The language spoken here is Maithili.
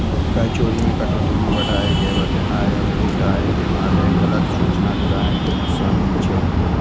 कर चोरी मे कटौती कें बढ़ाय के बतेनाय, अतिरिक्त आय के मादे गलत सूचना देनाय शामिल छै